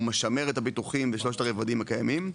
הוא משמר את הביטוחים בשלושת הרבדים קיימים,